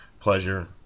pleasure